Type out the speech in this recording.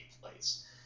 place